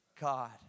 God